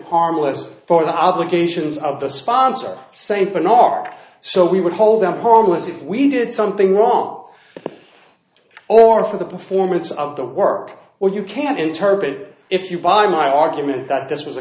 harmless for the obligations of the sponsor saint bernard so we would hold them harmless if we did something wrong or for the performance of the work or you can interpret it if you buy my argument that this was a